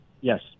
Yes